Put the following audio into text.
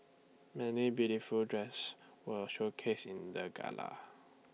many beautiful dresses were showcased in the gala